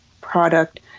product